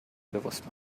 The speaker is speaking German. bewusst